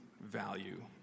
value